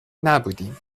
نبودیم